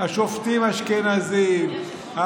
השופטים אשכנזים,